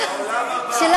זה לא, שלי, אל תתבלבלי.